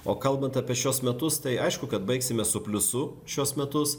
o kalbant apie šiuos metus tai aišku kad baigsime su pliusu šiuos metus